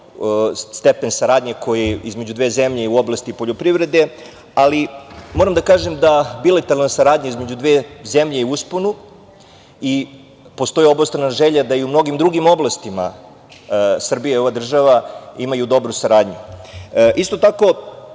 stepen saradnje koji je između dve zemlje u oblasti poljoprivrede, ali moram da kažem da bilateralna saradnja između dve zemlje je u usponu i postoji obostrana želja da i u mnogim drugim oblastima Srbija i ova država imaju dobru saradnju. Isto tako,